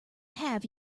have